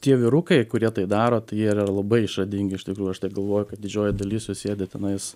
tie vyrukai kurie tai daro tai jie yra labai išradingi iš tikrųjų aš tai galvojau kad didžioji dalis jų sėdi tenais